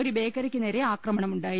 ഒരു ബേക്കറിക്ക് നേരെ ആക്രമണമുണ്ടായി